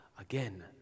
again